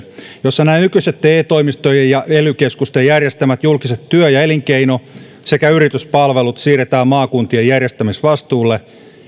jossa nämä nykyisten te toimistojen ja ely keskusten järjestämät julkiset työ ja elinkeino sekä yrityspalvelut siirretään maakuntien järjestämisvastuulle